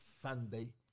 Sunday